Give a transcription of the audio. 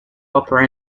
opera